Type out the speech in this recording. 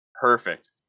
perfect